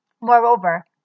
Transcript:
Moreover